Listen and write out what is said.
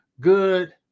good